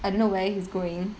I don't know where he's going